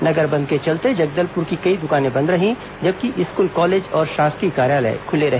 नगर बंद के चलते जगदलपुर की कई दुकानें बंद रहीं जबकि स्कूल कॉलेज और शासकीय कार्यालय खुले रहे